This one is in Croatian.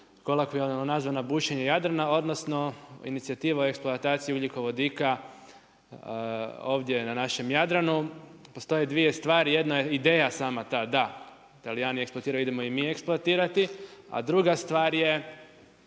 kolokvijalno nazvana „bušenje Jadrana“ odnosno inicijativa o eksploataciji ugljikovodika ovdje na našem Jadranu. Postoje dvije stvari, jedna je ideja sama ta da Talijani eksploatiraju, idemo i mi eksploatirati, a druga stvar je